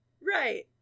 Right